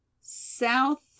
south